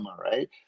right